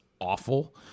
awful